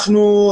אנחנו,